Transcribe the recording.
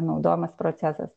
naudojamas procesas